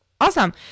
Awesome